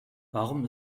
warum